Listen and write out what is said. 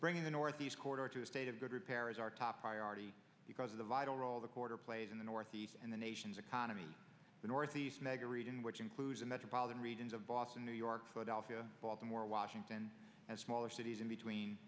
bringing the northeast corridor to a state of good repair is our top priority because of the vital role the quarter played in the northeast and the nation's economy the northeast mega region which includes the metropolitan regions of boston new york philadelphia baltimore washington and smaller cities in between